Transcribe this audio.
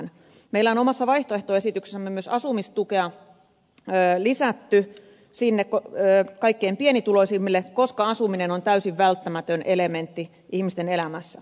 meillä on omassa vaihtoehtoesityksessämme myös asumistukea lisätty sinne kaikkein pienituloisimmille koska asuminen on täysin välttämätön elementti ihmisten elämässä